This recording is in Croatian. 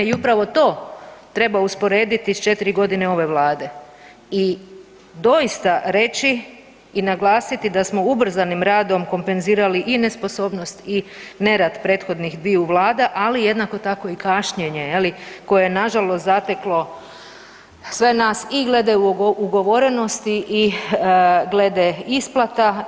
I upravo to treba usporediti s četiri godine ove Vlade i doista reći i naglasiti da smo ubrzanim radom kompenzirali i nesposobnost i nerad prethodnih dviju vlada, ali jednako tako i kašnjenje koje je nažalost zateklo sve nas i glede ugovorenosti i glede isplata.